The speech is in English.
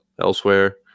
elsewhere